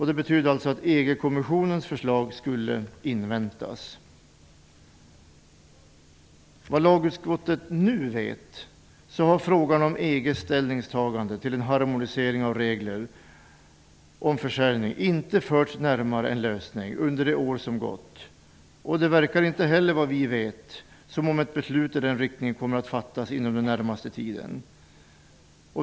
Det betyder att Enligt vad lagutskottet nu vet har frågan om EG:s ställningstagande till en harmonisering av reglerna om försäljning inte förts närmare en lösning under de år som gått. Det verkar inte heller som om ett beslut i den riktningen kommer att fattas inom den närmaste tiden.